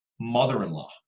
mother-in-law